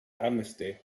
amnesty